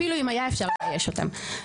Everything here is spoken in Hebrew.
אפילו אם היה אפשר לאייש אותם,